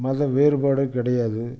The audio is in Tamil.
மதவேறுபாடே கிடையாது